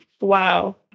Wow